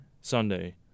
Sunday